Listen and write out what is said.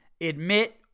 admit